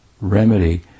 remedy